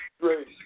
great